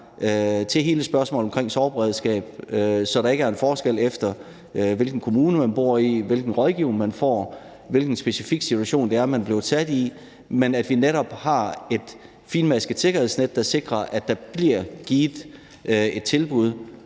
til hele spørgsmålet om sorgberedskab, så der ikke er en forskel, efter hvilken kommune man bor i, hvilken rådgivning man får, hvilken specifik situation man er blevet sat i, men at vi netop har et fintmasket sikkerhedsnet, der sikrer, der bliver givet et tilbud,